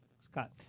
Scott